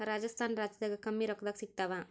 ರಾಜಸ್ಥಾನ ರಾಜ್ಯದಾಗ ಕಮ್ಮಿ ರೊಕ್ಕದಾಗ ಸಿಗತ್ತಾವಾ?